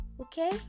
okay